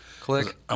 Click